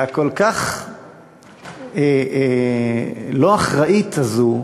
והכל-כך לא אחראית הזאת,